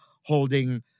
holding